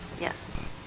Yes